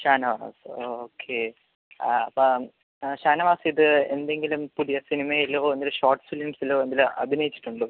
ഷാനവാസ് ഓ ഓക്കെ ആ അപ്പം ഷാനവാസ് ഇത് എന്തെങ്കിലും പുതിയ സിനിമയിലോ എന്തെങ്കിലും ഷോർട്ട് ഫിലിമ്സിലോ എന്തെങ്കിലും അഭിനയിച്ചിട്ടുണ്ടോ